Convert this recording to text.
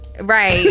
right